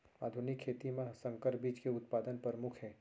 आधुनिक खेती मा संकर बीज के उत्पादन परमुख हे